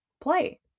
play